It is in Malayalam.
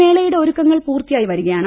മേളയുടെ ഒരുക്കങ്ങൾ പൂർത്തിയായി വരികയാണ്